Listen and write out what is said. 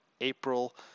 april